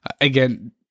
Again